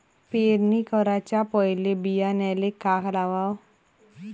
पेरणी कराच्या पयले बियान्याले का लावाव?